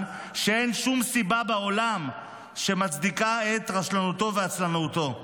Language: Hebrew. שאין שום סיבה בעולם שמצדיקה את רשלנותו ועצלנותו.